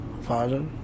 father